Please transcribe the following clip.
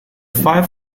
five